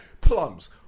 Plums